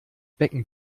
becken